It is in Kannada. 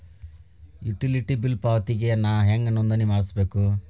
ಯುಟಿಲಿಟಿ ಬಿಲ್ ಪಾವತಿಗೆ ನಾ ಹೆಂಗ್ ನೋಂದಣಿ ಮಾಡ್ಸಬೇಕು?